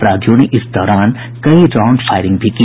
अपराधियों ने इस दौरान कई राउंड फायरिंग भी की